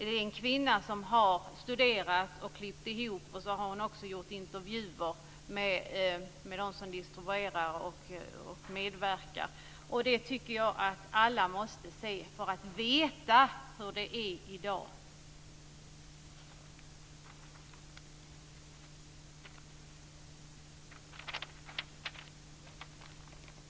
De har studerats och klippts ihop av en kvinna som också har gjort intervjuer med dem som distribuerar och medverkar i filmerna. Jag tycker att alla måste se detta för att få veta hur det är ställt i dag.